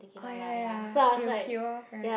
ah ya ya ya it will peel off right